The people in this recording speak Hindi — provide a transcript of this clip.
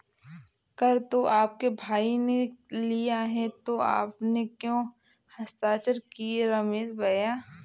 कर तो आपके भाई ने लिया है तो आपने क्यों हस्ताक्षर किए रमेश भैया?